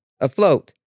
afloat